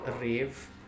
rave